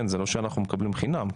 זה לא שאנחנו מקבלים חינם,